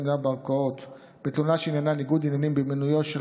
המדינה בערכאות בתלונה שעניינה ניגוד עניינים במינויו של